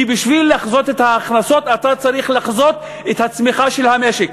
כי בשביל לחזות את ההכנסות אתה צריך לחזות את הצמיחה של המשק.